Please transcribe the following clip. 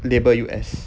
label you as